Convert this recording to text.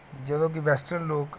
ਜਦੋਂ ਕਿ ਵੈਸਟਰਨ ਲੋਕ